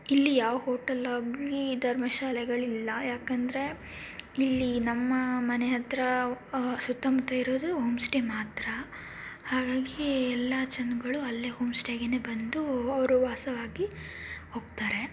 ಇಲ್ಲಿ ಯಾವ ಹೋಟೆಲ್ ಆಗಲಿ ಧರ್ಮಶಾಲೆಗಳಿಲ್ಲ ಯಾಕೆಂದ್ರೆ ಇಲ್ಲಿ ನಮ್ಮ ಮನೆ ಹತ್ರ ಸುತ್ತಮುತ್ತ ಇರೋದು ಹೋಮ್ ಸ್ಟೇ ಮಾತ್ರ ಹಾಗಾಗಿ ಎಲ್ಲ ಜನಗಳು ಅಲ್ಲೇ ಹೋಮ್ ಸ್ಟೇಗೆನೇ ಬಂದು ಅವರು ವಾಸವಾಗಿ ಹೋಗ್ತಾರೆ